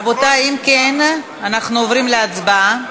רבותי, אם כן, אנחנו עוברים להצבעה.